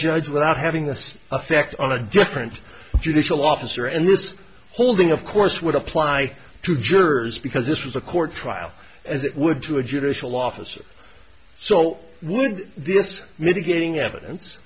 judge without having the effect on a different judicial officer and this holding of course would apply to jurors because this was a court trial as it would to a judicial officer so would this mitigating evidence